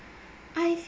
I feel